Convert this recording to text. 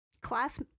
class